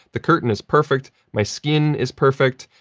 the curtain is perfect. my skin is perfect.